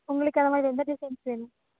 உங்களுக்கு அதை மாதிரி எந்த டிசைன்ஸ் வேணும்